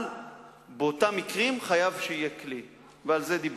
אבל באותם המקרים חייב שיהיה כלי, ועל זה דיברתי.